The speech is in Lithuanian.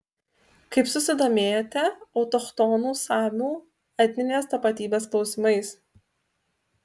kaip susidomėjote autochtonų samių etninės tapatybės klausimais